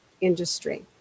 industry